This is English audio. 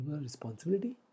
Responsibility